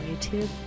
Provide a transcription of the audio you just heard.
YouTube